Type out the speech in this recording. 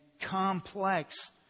complex